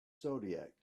zodiac